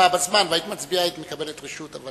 והיית מצביעה, היית מקבלת רשות.